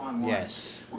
Yes